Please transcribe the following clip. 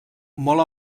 molt